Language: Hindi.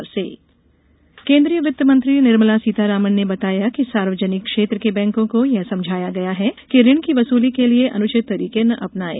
शिक्षा ऋण सीतारमण केन्द्रीय वित्त मंत्री निर्मला सीतारामन ने बताया कि सार्वजनिक क्षेत्र के बैंकों को यह समझाया गया है कि ऋण की वसूली के लिए अनुचित तरीके न अपनाएं